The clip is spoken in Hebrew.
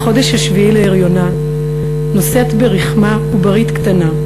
בחודש השביעי להריונה נושאת ברחמה עוברית קטנה,